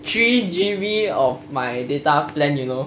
three G_B of my data plan you know